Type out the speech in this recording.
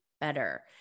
better